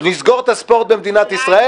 נסגור את הספורט במדינת ישראל